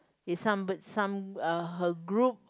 is some some uh her group